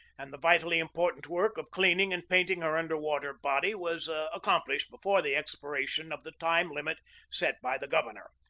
and the vitally important work of cleaning and painting her under-water body was accomplished before the expiration of the time limit set by the governor.